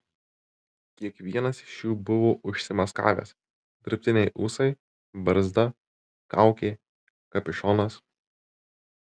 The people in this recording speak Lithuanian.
kiekvienas iš jų buvo užsimaskavęs dirbtiniai ūsai barzda kaukė kapišonas